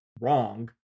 wrong